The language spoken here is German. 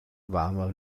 warme